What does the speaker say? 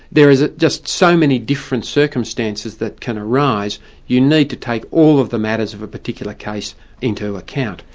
there are ah just so many different circumstances that can arise you need to take all of the matters of a particular case into account.